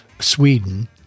Sweden